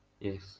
yes